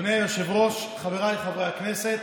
אדוני היושב-ראש, חבריי חברי הכנסת,